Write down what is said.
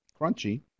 crunchy